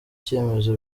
cyemezo